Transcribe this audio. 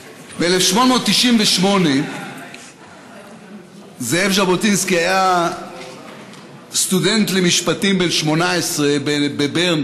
ב-1898 זאב ז'בוטינסקי היה סטודנט למשפטים בן 18 בברן,